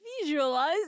Visualize